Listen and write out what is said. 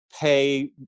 pay